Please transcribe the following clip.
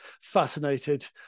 fascinated